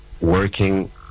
working